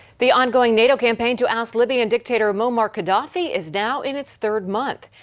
the ongoing nato campaign to oust libyan dictator muammar gaddafi is now in its third month.